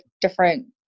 different